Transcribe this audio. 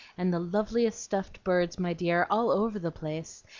and the loveliest stuffed birds, my dear, all over the place,